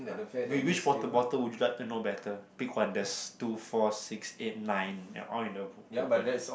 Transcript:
wait which water bottle would you like to know better pick one there's two four six eight nine ya all in the open